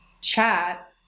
chat